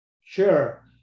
Sure